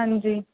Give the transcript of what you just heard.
ਹਾਂਜੀ